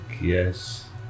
Yes